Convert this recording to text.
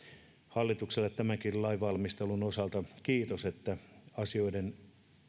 hallitukselle tämänkin lainvalmistelun osalta kiitos että asioiden